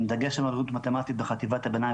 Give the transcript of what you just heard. עם דגש על אוריינות מתמטית בחטיבת הביניים